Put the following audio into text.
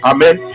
Amen